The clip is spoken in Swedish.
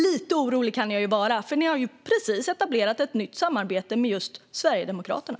Lite orolig kan jag vara, för ni har ju precis etablerat ett nytt samarbete med just Sverigedemokraterna.